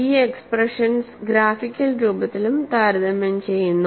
ഈ expressions graphical രൂപത്തിലും താരതമ്യം ചെയ്യുന്നു